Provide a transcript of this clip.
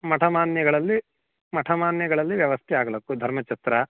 ಮಠಮಾನ್ಯಗಳಲ್ಲಿ ಮಠಮಾನ್ಯಗಳಲ್ಲಿ ವ್ಯವಸ್ಥೆ ಆಗಲಕ್ಕು ಧರ್ಮಛತ್ರ